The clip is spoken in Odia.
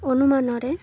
ଅନୁମାନ ରେ